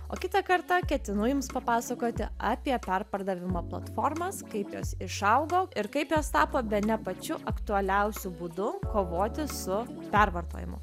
o kitą kartą ketinu jums papasakoti apie perpardavimo platformas kaip jos išaugo ir kaip jos tapo bene pačiu aktualiausiu būdu kovoti su pervartojimu